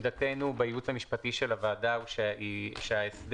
עמדתנו, בייעוץ המשפטי של הוועדה, שההסדר